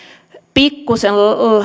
pikkuisen